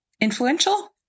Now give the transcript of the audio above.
influential